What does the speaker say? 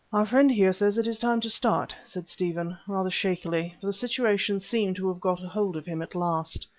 our friend here says it is time to start, said stephen, rather shakily, for the situation seemed to have got a hold of him at last,